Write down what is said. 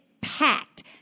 packed